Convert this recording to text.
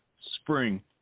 spring